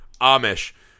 Amish